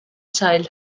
child